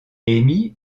amy